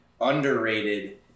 underrated